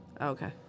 okay